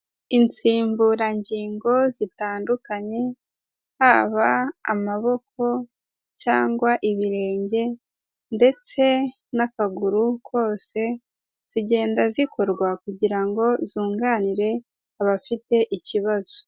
Insimburangingo zitandukanye haba amaboko cyangwa ibirenge ndetse n'akaguru kose zigenda zikorwa kugira ngo zunganire abafite ikibazo.